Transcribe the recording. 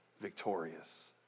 victorious